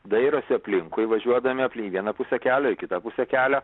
dairosi aplinkui važiuodami vieną pusę kelio į kitą pusę kelio